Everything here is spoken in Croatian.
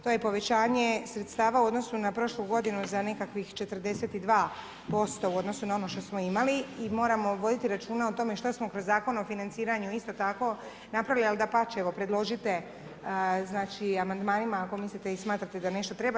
To je povećanje sredstava u odnosu na prošlu godinu za nekakvih 42% u odnosu na ono što smo imali i moramo voditi računa o tome što smo kroz Zakon o financiranju isto tako napravili ali dapače, evo predložite i amandmanima ako mislite i smatrate da nešto treba.